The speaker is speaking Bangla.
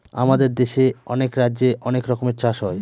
আমাদের দেশে অনেক রাজ্যে অনেক রকমের চাষ হয়